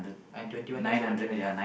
and twenty one years old only right